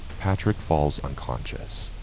patrick falls unconscious.